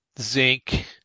zinc